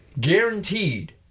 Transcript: guaranteed